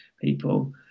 people